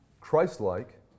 Christ-like